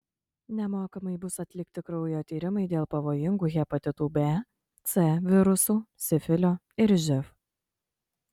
nemokamai bus atlikti kraujo tyrimai dėl pavojingų hepatitų b c virusų sifilio ir živ